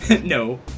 No